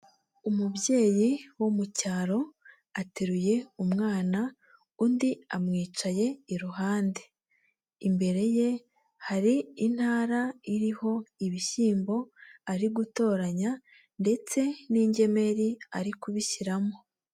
Umubyeyi wo mu cyaro ateruye umwana undi amwicaye iruhande. Imbere ye hari intara iriho ibishyimbo ari gutoranya ndetse n'ingemeri ari kubishyiramo.